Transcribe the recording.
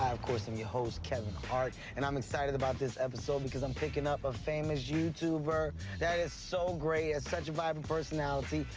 of course, am your host kevin hart. and i'm excited about this episode because i'm picking up a famous youtuber that is so great, has such a vibrant personality.